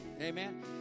Amen